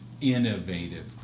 innovative